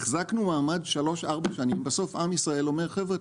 החזקנו מעמד שלוש-ארבע שנים ובסוף עם ישראל אומר: חבר'ה,